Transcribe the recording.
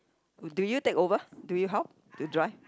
do you take over do you how to drive